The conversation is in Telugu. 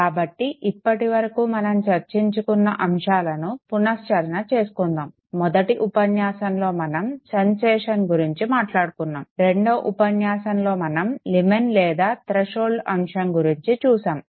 కాబట్టి ఇప్పటి వరకు మనం చర్చించుకున్న అంశాలను పునశ్చరణ చేసుకుందాము మొదటి ఉపన్యాసంలో మనం సెన్సేషన్ గురించి మాట్లాడుకున్నాము రెండవ ఉపన్యాసంలో మనం లిమెన్ లేదా థ్రెషోల్డ్ అంశం గురించి చూసాము